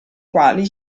quali